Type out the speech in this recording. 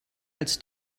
als